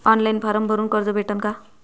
Online form भरून कर्ज भेटन का?